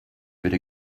würde